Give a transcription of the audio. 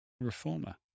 reformer